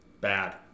bad